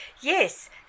Yes